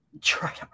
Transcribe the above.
Try